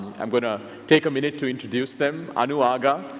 i'm going to take a minute to introduce them. anu aga,